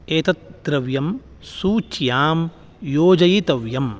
एतत् द्रव्यं सूच्यां योजयितव्यम्